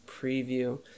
preview